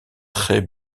très